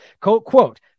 Quote